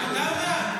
עטאונה.